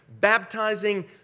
baptizing